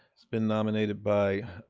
he's been nominated by